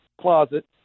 closet